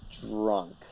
drunk